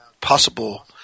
possible